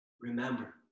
remember